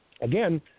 again